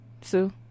Sue